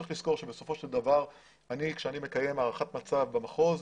צריך לזכור שבסופו של דבר שכאשר אני מקיים הערכת מצב במחוז,